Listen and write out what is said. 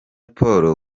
paul